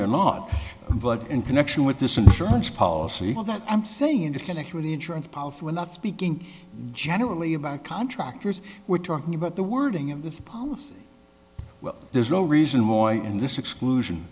not but in connection with this insurance policy that i'm saying in disconnect with the insurance policy we're not speaking generally about contractors we're talking about the wording of this policy well there's no reason why and this exclusion